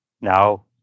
now